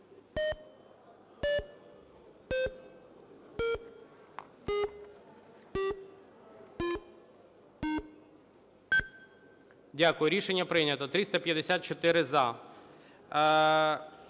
Дякую. Рішення прийнято. 354 - за.